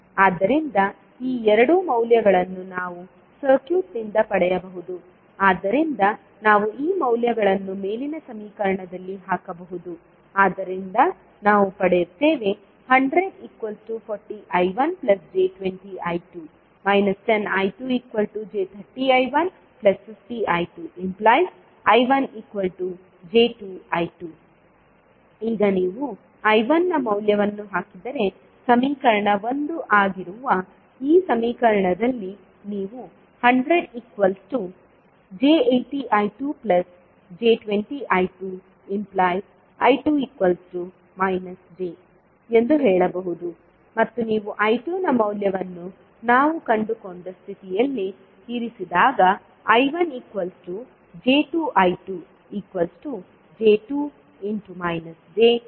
ಆದ್ದರಿಂದ ಈ ಎರಡು ಮೌಲ್ಯಗಳನ್ನು ನಾವು ಸರ್ಕ್ಯೂಟ್ನಿಂದ ಪಡೆಯಬಹುದು ಆದ್ದರಿಂದ ನಾವು ಈ ಮೌಲ್ಯಗಳನ್ನು ಮೇಲಿನ ಸಮೀಕರಣದಲ್ಲಿ ಹಾಕಬಹುದು ಆದ್ದರಿಂದ ನಾವು ಪಡೆಯುತ್ತೇವೆ 100 40I1j20I2 10I2 j30I150I2I1 j2I2 ಈಗ ನೀವು I1ನ ಮೌಲ್ಯವನ್ನು ಹಾಕಿದರೆ ಸಮೀಕರಣ 1 ಆಗಿರುವ ಈ ಸಮೀಕರಣದಲ್ಲಿ ನೀವು 100j80I2j20I2I2 j ಎಂದು ಹೇಳಬಹುದು ಮತ್ತು ನೀವು I2 ನ ಮೌಲ್ಯವನ್ನು ನಾವು ಕಂಡುಕೊಂಡ ಸ್ಥಿತಿಯಲ್ಲಿ ಇರಿಸಿದಾಗ I1j2I2j2 j2